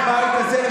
לבית הזה,